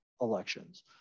elections